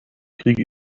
kriege